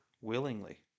willingly